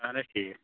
اہن ٹھیٖک